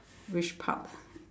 which part